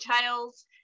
tales